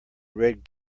red